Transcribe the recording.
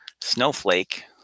Snowflake